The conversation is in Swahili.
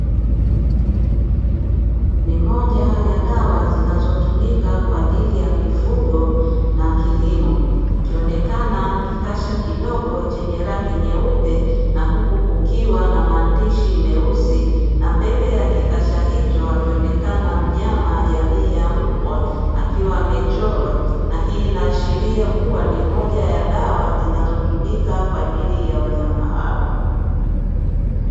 Ni moja ya dawa zinazotumika kwa ajili ya mifugo na kilimo, ikionekana kikasha kidogo chenye rangi nyeupe na huku kukiwa na maandishi meusi. Na mbele ya kikasha hicho akionekana mnyama jamii ya mbwa akiwa amechorwa. Na hii inaashiria kuwa ni moja ya dawa zinazotumika kwa ajili ya wanyama hao.